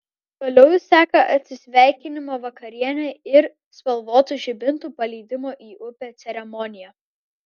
toliau seka atsisveikinimo vakarienė ir spalvotų žibintų paleidimo į upę ceremonija